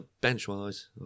Bench-wise